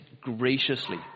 graciously